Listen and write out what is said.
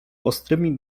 ostrymi